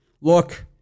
look